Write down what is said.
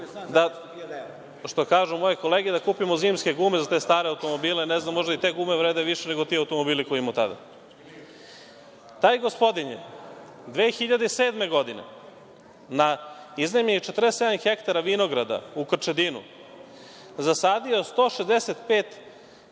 da kupimo zimske gume za te stare automobile, ne znam, možda i te gume vrede više nego ti automobili koje je imao tada. Taj gospodin je 2007. godine na iznajmljenih 47 hektara vinograda u Krčedinu zasadio 165